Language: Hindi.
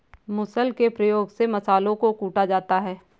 मुसल के प्रयोग से मसालों को कूटा जाता है